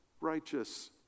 righteous